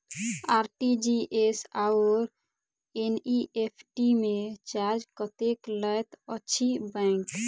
RTGS आओर NEFT मे charge कतेक लैत अछि बैंक?